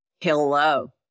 hello